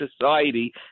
society